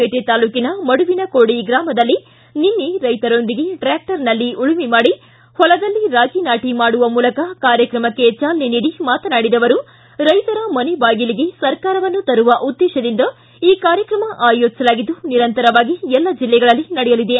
ಪೇಟೆ ತಾಲೂಕಿನ ಮಡುವಿನ ಕೋಡಿ ಗ್ರಾಮದಲ್ಲಿ ನಿನ್ನೆ ರೈತರೊಂದಿಗೆ ಟ್ರಾಕ್ಷರ್ನಲ್ಲಿ ಉಳುಮೆ ಮಾಡಿ ಹೊಲದಲ್ಲಿ ರಾಗಿ ನಾಟಿ ಮಾಡುವ ಮೂಲಕ ಕಾರ್ಯತ್ರಮಕ್ಕೆ ಚಾಲನೆ ನೀಡಿ ಮಾತನಾಡಿದ ಅವರು ರೈತರ ಮನೆ ಬಾಗಿಲಿಗೆ ಸರ್ಕಾರವನ್ನು ತರುವ ಉದ್ದೇಶದಿಂದ ಈ ಕಾರ್ಯಕ್ರಮ ಅಯೋಜಿಸಲಾಗಿದ್ದು ನಿರಂತರವಾಗಿ ಎಲ್ಲ ಜಿಲ್ಲೆಗಳಲ್ಲಿ ನಡೆಯಲಿದೆ